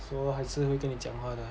so 还是会跟你讲话的 ah